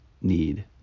need